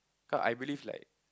cause I believe like